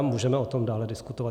Můžeme o tom dále diskutovat.